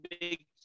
big